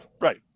right